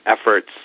efforts